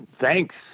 thanks